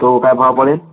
तो काय भाव पडेल